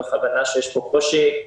מתוך הבנה שיש פה קושי,